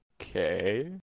Okay